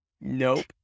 Nope